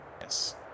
Yes